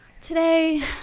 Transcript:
Today